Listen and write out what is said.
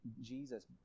Jesus